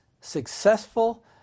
successful